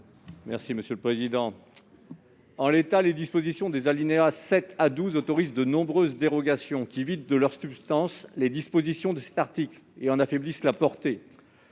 M. Daniel Salmon. En l'état, les dispositions des alinéas 7 à 12 de l'article 52 autorisent de nombreuses dérogations, qui vident de leur substance les dispositions de cet article et en affaiblissent la portée.